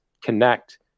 connect